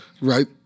right